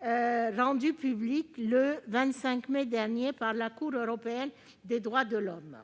rendu public le 25 mai dernier, la Cour européenne des droits de l'homme